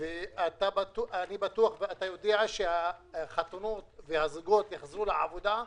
(בסעיף שליטהזה, תקופת הזכאות לפי החלטת הממשלה).